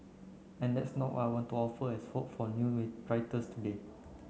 and that's no what I want to offer as hope for new today